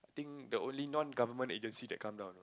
think the only non government agency that come down